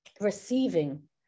receiving